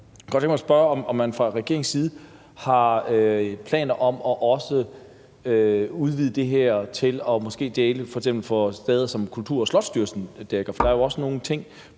jeg kunne godt tænke mig at spørge, om man fra regeringens side har planer om også at udvide det her til måske f.eks. at dække de steder, som Slots- og Kulturstyrelsen dækker, for der er jo også nogle ting